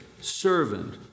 servant